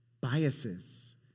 biases